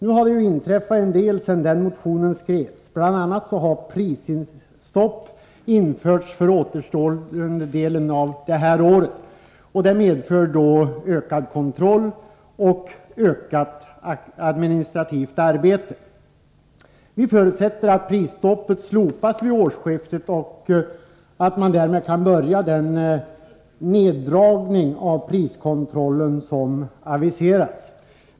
Nu har det ju inträffat en del sedan motionen skrevs. Bl. a. har prisstopp införts för återstående delen av detta år, vilket medför ökad kontroll och ökat administrativt arbete. Vi förutsätter att prisstoppet slopas vid årsskiftet och att man därmed kan börja den neddragning av priskontrollen som aviserats.